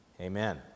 Amen